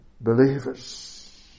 believers